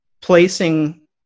placing